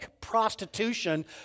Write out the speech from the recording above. prostitution